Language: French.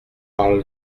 parle